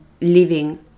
living